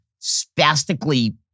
spastically